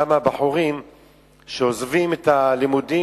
אותם בחורים שעוזבים את הלימודים,